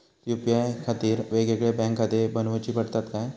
UPI खातीर येगयेगळे बँकखाते बनऊची पडतात काय?